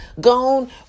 gone